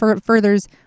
furthers